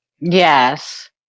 Yes